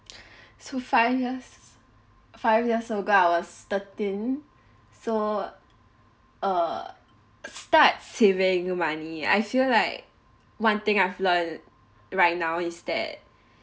so five years five years ago I was thirteen so err start saving money I feel like one thing I've learnt right now is that